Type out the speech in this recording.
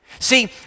See